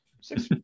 six